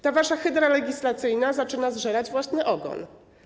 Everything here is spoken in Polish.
Ta wasza hydra legislacyjna zaczyna zżerać własny ogon.